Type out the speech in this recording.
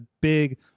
big